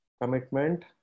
commitment